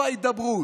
לא ההידברות,